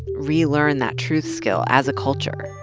relearn that truth skill, as a culture?